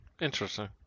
Interesting